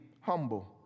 humble